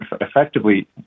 effectively